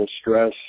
stress